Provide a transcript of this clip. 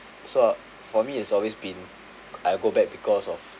so for me it's always been I'll go back because of